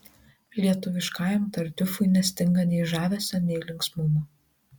lietuviškajam tartiufui nestinga nei žavesio nei linksmumo